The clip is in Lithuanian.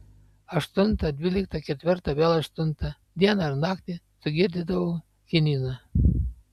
aštuntą dvyliktą ketvirtą vėl aštuntą dieną ir naktį sugirdydavau chinino